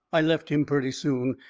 i left him purty soon,